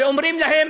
ואומרים להם: